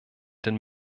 den